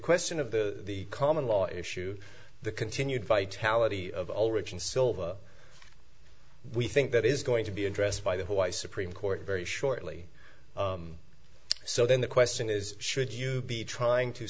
question of the common law issue the continued vitality of all regions silva we think that is going to be addressed by the why supreme court very shortly so then the question is should you be trying to